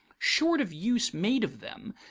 short of use made of them,